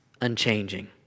unchanging